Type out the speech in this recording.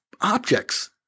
objects